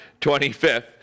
25th